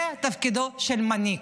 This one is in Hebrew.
זה תפקידו של מנהיג,